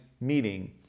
meeting